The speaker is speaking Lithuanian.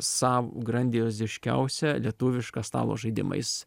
sav grandioziškiausią lietuvišką stalo žaidimą jis